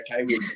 okay